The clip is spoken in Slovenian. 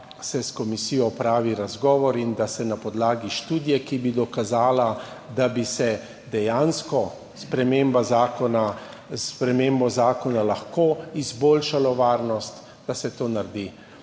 se s komisijo opravi razgovor in da se na podlagi študije, ki bi dokazala, da bi se dejansko s spremembo zakona lahko izboljšalo varnost, to naredi.